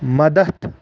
مدتھ